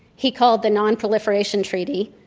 he called the nonproliferation treaty,